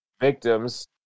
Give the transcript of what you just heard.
victims